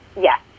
yes